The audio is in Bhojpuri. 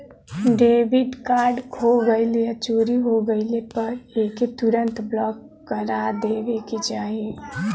डेबिट कार्ड खो गइल या चोरी हो गइले पर एके तुरंत ब्लॉक करा देवे के चाही